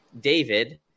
David